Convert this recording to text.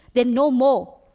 they're no more.